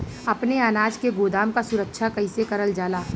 अपने अनाज के गोदाम क सुरक्षा कइसे करल जा?